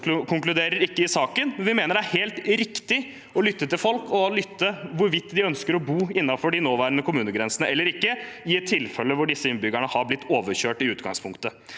Vi mener det er helt riktig å lytte til folk og lytte til hvorvidt de ønsker å bo innenfor de nåværende kommunegrensene eller ikke, i et tilfelle hvor disse innbyggerne har blitt overkjørt i utgangspunktet.